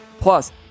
Plus